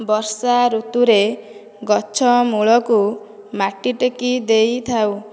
ବର୍ଷା ଋତୁରେ ଗଛ ମୂଳକୁ ମାଟି ଟେକି ଦେଇଥାଉ